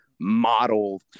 model